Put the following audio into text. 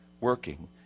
working